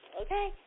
okay